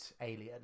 alien